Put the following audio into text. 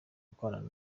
gukorana